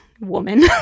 woman